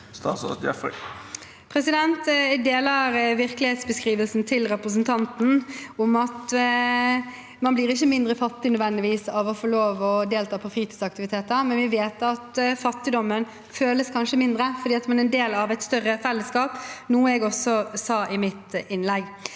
Jeg deler virkelighetsbeskrivelsen til representanten om at man ikke nødvendigvis blir mindre fattig av å få lov til å delta på fritidsaktiviteter, men vi vet at fattigdommen kanskje føles mindre da, fordi man er en del av et større fellesskap, noe jeg også sa i mitt innlegg.